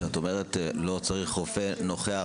כשאת אומרת "לא צריך רופא נוכח",